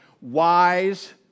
wise